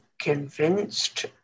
convinced